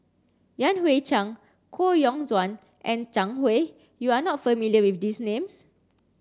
Yan Hui Chang Koh Yong Guan and Zhang Hui you are not familiar with these names